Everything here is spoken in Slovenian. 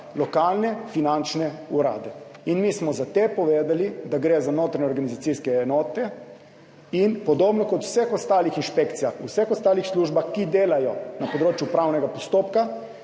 lokalne finančne urade in mi smo za te povedali, da gre za notranje organizacijske enote in podobno kot v vseh ostalih inšpekcijah, v vseh ostalih službah, ki delajo na področju upravnega postopka,